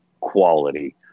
quality